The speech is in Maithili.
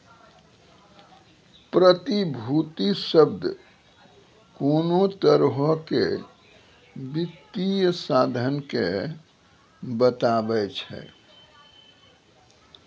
प्रतिभूति शब्द कोनो तरहो के वित्तीय साधन के बताबै छै